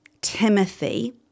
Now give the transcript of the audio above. Timothy